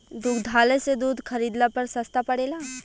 दुग्धालय से दूध खरीदला पर सस्ता पड़ेला?